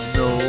no